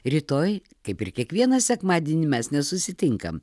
rytoj kaip ir kiekvieną sekmadienį mes nesusitinkam